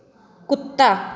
ਕੁੱਤਾ